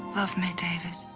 love me, david.